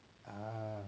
um